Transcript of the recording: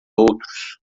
outros